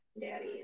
Daddy